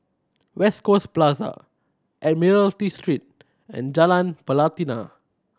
West Coast Plaza Admiralty Street and Jalan Pelatina